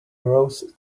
rows